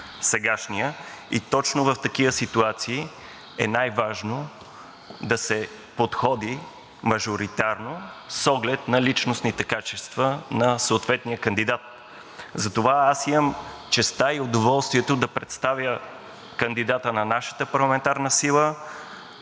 и точно в такива ситуации е най-важно да се подходи мажоритарно с оглед на личностните качества на съответния кандидат. Затова аз имам честта и удоволствието да представя кандидата на нашата парламентарна сила.